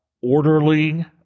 orderly